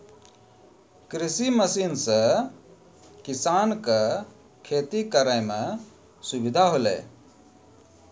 कृषि मसीन सें किसान क खेती करै में सुविधा होलय